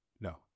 No